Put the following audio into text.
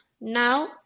Now